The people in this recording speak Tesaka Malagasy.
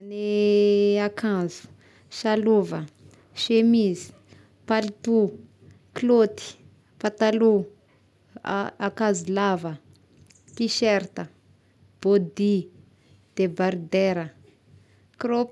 Ny akanjo: salova, semizy, palitô, klôty, patalo, a- akanzo lava, tiserta, bôdy, debardera.